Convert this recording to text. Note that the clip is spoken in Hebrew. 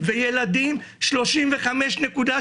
השאלה האם עובדים יפוטרו או לא יפוטרו.